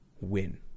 win